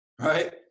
right